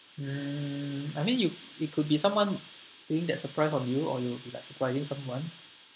mm I mean you it could be someone doing that surprise for you or you like surprising someone